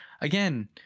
again